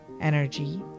energy